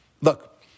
Look